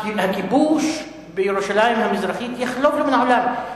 הכיבוש בירושלים המזרחית יחלוף מן העולם.